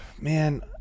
man